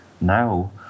now